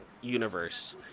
universe